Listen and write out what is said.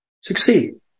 succeed